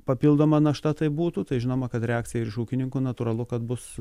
papildoma našta tai būtų tai žinoma kad reakcija iš ūkininkų natūralu kad bus